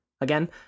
Again